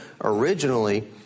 originally